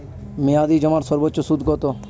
মেয়াদি জমার সর্বোচ্চ সুদ কতো?